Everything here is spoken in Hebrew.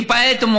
תודה,